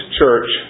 church